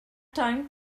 time